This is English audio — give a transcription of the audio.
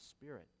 spirit